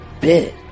bit